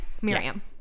Miriam